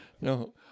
no